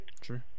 True